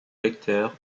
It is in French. lecteurs